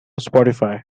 spotify